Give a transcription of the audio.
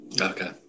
okay